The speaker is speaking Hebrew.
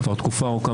כבר תקופה ארוכה,